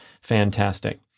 Fantastic